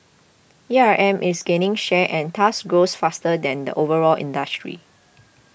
A R M is gaining share and thus grows faster than the overall industry